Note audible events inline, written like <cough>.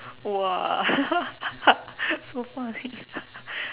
!wah! <laughs> so funny <laughs>